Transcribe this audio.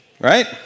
Right